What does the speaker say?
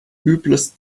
übles